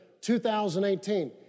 2018